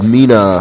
Mina